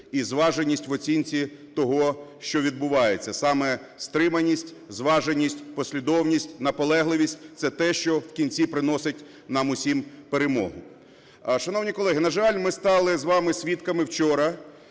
і зваженість в оцінці того, що відбувається. Саме стриманість, зваженість, послідовність, наполегливість – це те, що в кінці приносить нам усім перемогу. Шановні колеги, на жаль, ми стали з вами свідками вчора